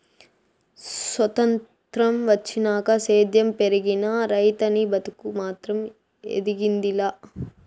సొత్రంతం వచ్చినాక సేద్యం పెరిగినా, రైతనీ బతుకు మాత్రం ఎదిగింది లా